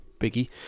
Biggie